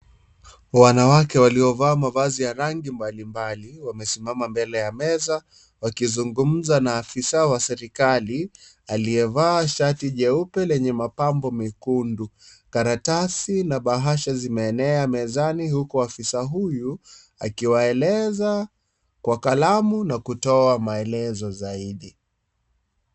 Wanawake walio vaa mavazi ya rangi mbali mbali wamesimama mbele ya meza wakizungumza na afisa wa serikali aliyevaa shati jeupe lenye mapambo mekundu karatasi na bahasha zimenenea mezani huku afisa huyu akiwaeleza kwa kalamu na kutoa maelezo zaidi.